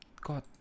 God